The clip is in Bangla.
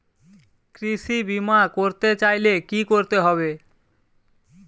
কৃষি বিমা করতে চাইলে কি করতে হবে?